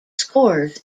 scores